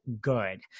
good